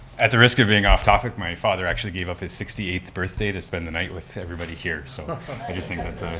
at the risk of being off-topic, my father actually gave up his sixty eighth birthday to spend the night with everybody here, so i just think that's, ah